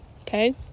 okay